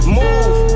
Move